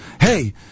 hey